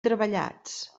treballats